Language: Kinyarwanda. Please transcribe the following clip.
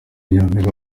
nyampinga